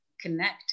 connect